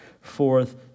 forth